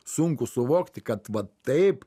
sunku suvokti kad va taip